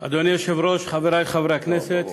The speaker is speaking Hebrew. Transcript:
אדוני היושב-ראש, חברי חברי הכנסת,